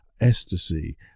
ecstasy